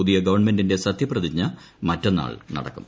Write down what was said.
പുത്ചിയ് മീവൺമെന്റിന്റെ സത്യപ്രതിജ്ഞ മറ്റന്നാൾ നടക്കും